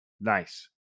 Nice